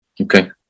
Okay